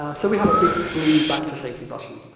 ah so we have a big blue back to safety button.